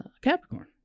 Capricorn